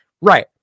right